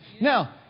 Now